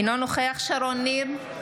אינו נוכח שרון ניר,